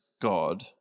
God